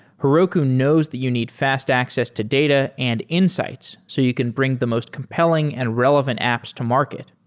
heroku knows that you need fast access to data and insights so you can bring the most compelling and relevant apps to market.